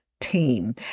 team